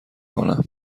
کنم